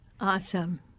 Awesome